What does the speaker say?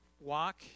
Walk